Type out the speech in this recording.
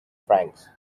francs